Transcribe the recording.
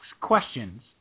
questions